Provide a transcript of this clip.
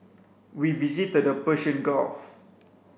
we visited the Persian Gulf